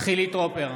חילי טרופר,